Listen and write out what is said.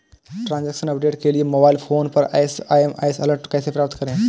Transaction update के लिए mobile phone पर एस.एम.एस अलर्ट कैसे प्राप्त करें?